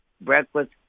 breakfast